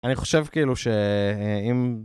אני חושב כאילו שאם...